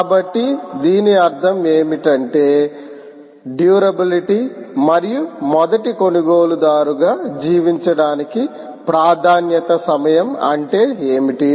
కాబట్టి దీని అర్థం ఏమిటంటే మన్నిక మరియుమొదటి కొనుగోలుదారుగా జీవించడానికి ప్రాధాన్యత సమయం అంటే ఏమిటి